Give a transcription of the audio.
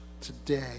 today